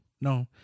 No